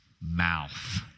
mouth